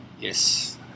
Yes